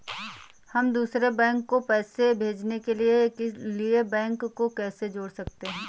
हम दूसरे बैंक को पैसे भेजने के लिए बैंक को कैसे जोड़ सकते हैं?